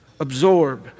Absorb